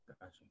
Gotcha